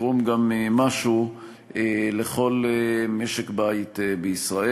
תתרום משהו גם לכל משק-בית בישראל.